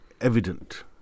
evident